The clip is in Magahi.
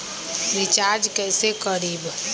रिचाज कैसे करीब?